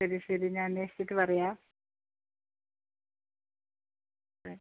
ശരി ശരി ഞാൻ അന്വേഷിച്ചിട്ട് പറയാം ഓക്കെ